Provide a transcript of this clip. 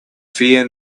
fear